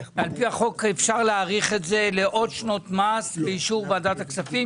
אפשר להאריך את זה לעוד שנת מס באישור ועדת הכספים.